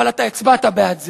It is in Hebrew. אבל אתה הצבעת בעד זה.